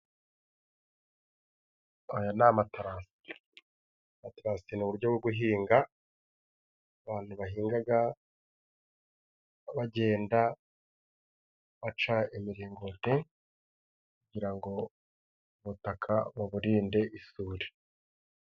Aya ni amaterasi amaterasi ni uburyo bwo guhinga, abantu bahinga bagenda baca imiringoti kugira ngo ubutata baburinde isuri.